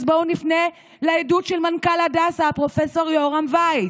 אז בואו נפנה לעדות של מנכ"ל הדסה פרופ' יורם וייס,